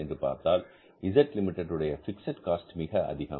என்று பார்த்தால் Z limited உடைய பிக்ஸட் காஸ்ட் மிக அதிகம்